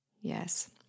Yes